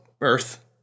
Earth